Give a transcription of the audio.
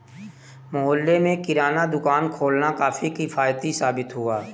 मोहल्ले में किराना दुकान खोलना काफी किफ़ायती साबित हुआ